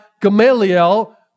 Gamaliel